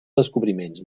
descobriments